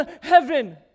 heaven